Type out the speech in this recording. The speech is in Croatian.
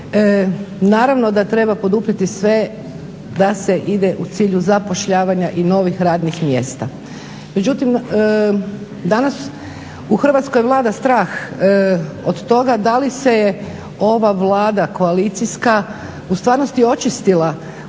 naravno da treba poduprijeti sve da se ide u cilju zapošljavanja i novih radnih mjesta. Međutim danas u Hrvatskoj vlada strah od toga da li se je ova Vlada koalicijska u stvarnosti očistila u svojoj